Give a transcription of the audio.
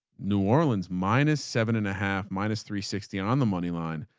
new orleans, minus seven and a half minus three sixty on the money line,